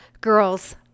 Girls